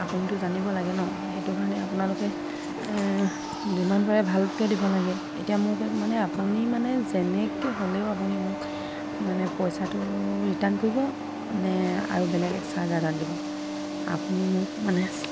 আপুনিটো জানিব লাগে ন' সেইটো কাৰণে আপোনালোকে যিমান পাৰে ভালকৈ দিব লাগে এতিয়া মোক মানে আপুনি মানে যেনেকৈ হ'লেও আপুনি মোক মানে পইচাটো ৰিটাৰ্ণ কৰিব নে আৰু বেলেগ চাৰ্জাৰ এডাল দিব আপুনি মোক মানে